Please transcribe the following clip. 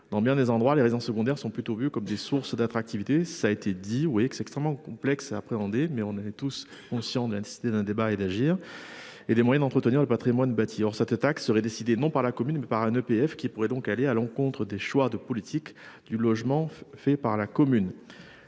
Dans bien des endroits, les résidences secondaires sont plutôt vu comme des sources d'attractivité. Ça a été dit oui que c'est extrêmement complexe à appréhender mais on est tous, on sent de la nécessité d'un débat et d'agir et les moyens d'entretenir le Patrimoine bâti. Alors cette taxe serait décidé non par la commune, mais par un EPF qui pourrait donc aller à l'encontre des choix de politique du logement fait par la commune.